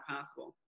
possible